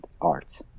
art